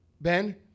Ben